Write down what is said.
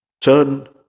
Turn